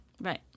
right